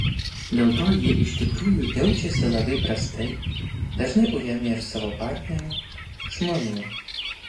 dėl to jie iš tikrųjų jaučiasi labai prastai dažnai ujami ir savo partnerių žmonų